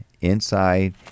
inside